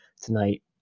tonight